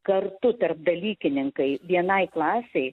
kartu tarodalykininkai vienai klasei